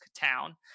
town